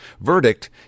Verdict